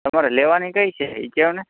તમારે લેવાની કઈ છે એ કહોને